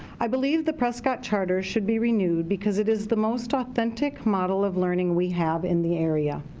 i believe the prescott charter should be renewed because it is the most authentic model of learning we have in the area.